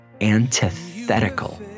antithetical